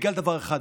בגלל דבר אחד,